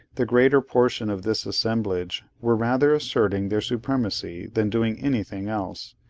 the greater portion of this assemblage were rather asserting their supremacy than doing anything else,